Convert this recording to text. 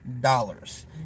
dollars